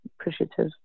appreciative